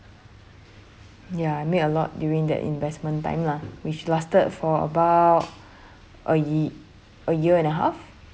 ya I made a lot during that investment time lah which lasted for about a ye~ a year and a half